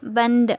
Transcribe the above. بند